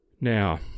Now